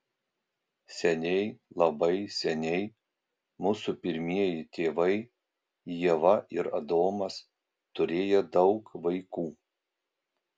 seniai labai seniai mūsų pirmieji tėvai ieva ir adomas turėję daug vaikų